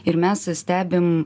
ir mes stebim